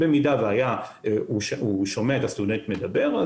אם הוא שומע את הסטודנט מדבר,